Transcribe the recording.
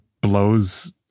blows